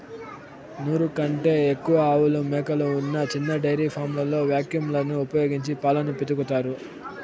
నూరు కంటే ఎక్కువ ఆవులు, మేకలు ఉన్న చిన్న డెయిరీ ఫామ్లలో వాక్యూమ్ లను ఉపయోగించి పాలను పితుకుతారు